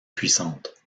puissante